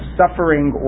suffering